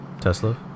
tesla